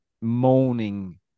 moaning